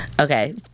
Okay